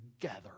together